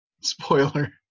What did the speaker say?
Spoiler